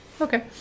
Okay